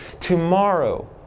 tomorrow